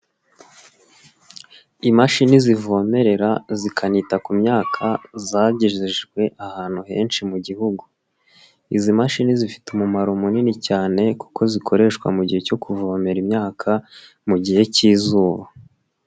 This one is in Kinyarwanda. Imashini zivomerera zikanita ku myaka zagejejwe ahantu henshi mu Gihugu, izi mashini zifite umumaro munini cyane kuko zikoreshwa mu gihe cyo kuvomera imyaka mu gihe k'izuba.